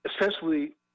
essentially